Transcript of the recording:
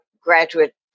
graduate